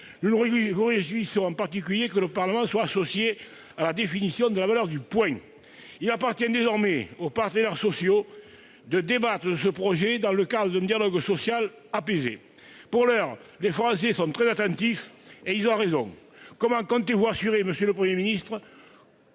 Nous nous réjouissons, en particulier, que le Parlement soit associé à la définition de la valeur du point. Il appartient désormais aux partenaires sociaux de débattre de ce projet dans le cadre d'un dialogue social apaisé. Pour l'heure, les Français sont très attentifs, à juste titre. Monsieur le Premier ministre,